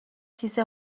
کیسه